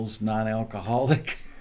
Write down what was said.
non-alcoholic